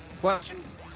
questions